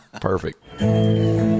perfect